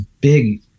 big